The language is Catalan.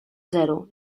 zero